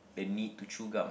the need to chew gum